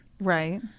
Right